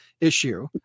issue